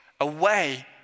away